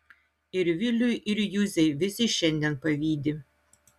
ir viliui ir juzei visi šiandien pavydi